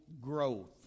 growth